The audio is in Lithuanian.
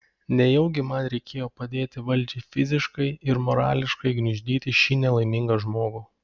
nejaugi man reikėjo padėti valdžiai fiziškai ir morališkai gniuždyti šį nelaimingą žmogų